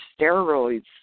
steroids